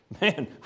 Man